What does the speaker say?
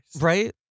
right